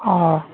অঁ